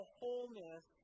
wholeness